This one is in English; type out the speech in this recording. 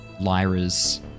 Lyra's